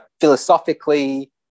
philosophically